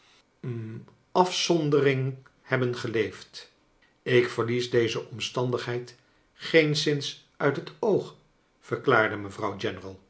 afzondering hebben geleefd ik verlies deze omstandigheid geenszins uit het oog verklaarde mevrouw